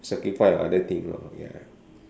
sacrifice on other thing lor ya